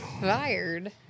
fired